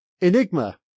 Enigma